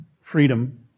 freedom